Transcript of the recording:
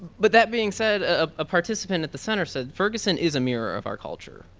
but that being said, a participant at the center said, ferguson is a mirror of our culture.